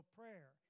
prayer